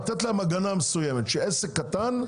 עסק קטן,